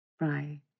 Right